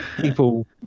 people